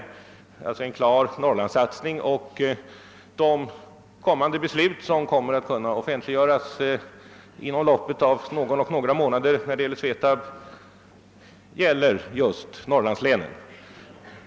Det är alltså en klar Norrlandssatsning och de kommande besluten, som kommer att kunna offentliggöras inom loppet av någon eller några månader i fråga om SVETAB, gäller just Norrlandslänen.